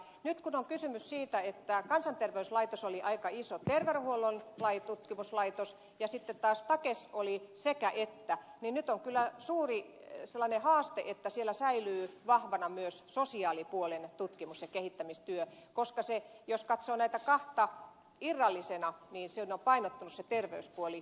nyt kun on kysymys siitä että kansanterveyslaitos oli aika iso terveydenhuollon tutkimuslaitos ja sitten taas stakes oli sekä että niin nyt on kyllä suuri sellainen haaste että siellä säilyy vahvana myös sosiaalipuolen tutkimus ja kehittämistyö koska jos katsoo näitä kahta irrallisena siinä on painottunut se terveyspuoli